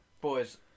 Boys